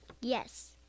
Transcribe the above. Yes